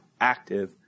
active